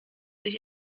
sich